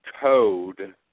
code